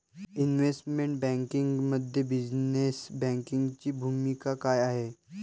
Investment बँकिंगमध्ये business बँकिंगची भूमिका काय आहे?